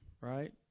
right